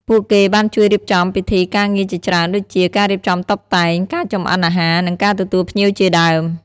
ពួកគេបានជួយរៀបចំពិធីការងារជាច្រើន ដូចជា ការរៀបចំតុបតែង ការចម្អិនអាហារ និង ការទទួលភ្ញៀវ ជាដើម។